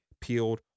peeled